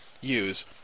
use